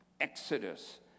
Exodus